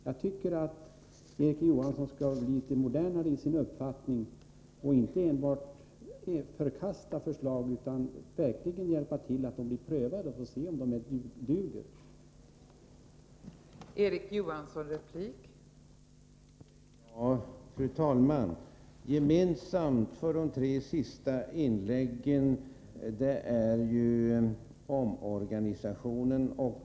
Jag tycker att Erik Johansson skall försöka bli litet modernare i sin uppfattning och inte enbart förkasta förslag, utan verkligen hjälpa till så att de blir prövade så vi får se vad de duger till.